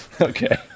Okay